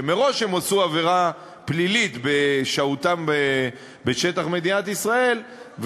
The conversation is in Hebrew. שמראש הם עשו עבירה פלילית בשהותם בשטח מדינת ישראל,